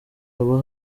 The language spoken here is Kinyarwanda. haba